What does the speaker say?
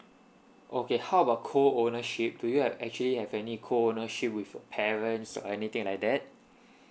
okay how about co ownership do you have actually have any co ownership with your parents or anything like that